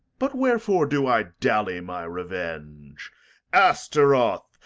but wherefore do i dally my revenge asteroth,